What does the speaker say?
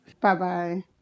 Bye-bye